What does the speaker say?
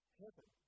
heaven